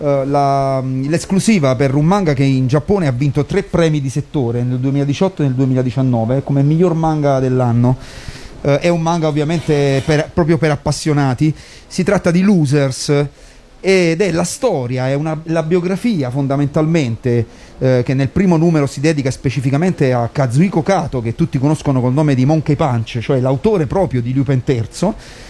Eh, la, mm, l'esclusiva per un manga che in Giappone ha vinto tre premi di settore, nel 2018 e nel 2019 come miglior manga dell'anno. Eh, è un manga ovviamente per- proprio per appassionati. Si tratta di Losers, ed è la storia, è una- la biografia fondamentalmente, eh, che nel primo numero si dedica specificamente a Kazuhiko Kato, che tutti conoscono col nome di Monkey Punch, cioè l'autore proprio di Lupin III.